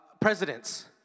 presidents